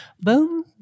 boom